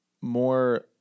more